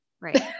right